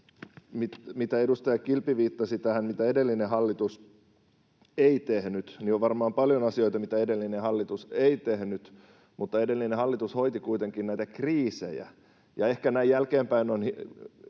siitä — edustaja Kilpi viittasi tähän — mitä edellinen hallitus ei tehnyt. On varmaan paljon asioita, mitä edellinen hallitus ei tehnyt, mutta edellinen hallitus hoiti kuitenkin näitä kriisejä. Ja ehkä näin jälkeenpäin on